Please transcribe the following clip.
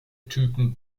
typen